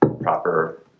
proper